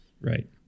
Right